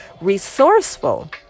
resourceful